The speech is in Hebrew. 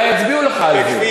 אולי יצביעו לך על זה,